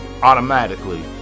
automatically